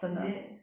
is it